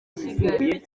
kigali